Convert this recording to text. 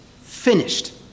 finished